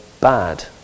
bad